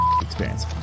experience